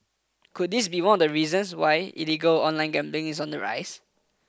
could this be one of the reasons why illegal online gambling is on the rise